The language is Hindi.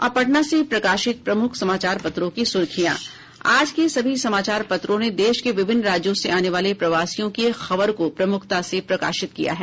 अब पटना से प्रकाशित प्रमुख समाचार पत्रों की सुर्खियां आज के सभी समाचार पत्रों ने देश के विभिन्न राज्यों से आने वाले प्रवासियों की खबर को प्रमुखता से प्रकाशित किया है